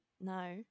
No